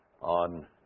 on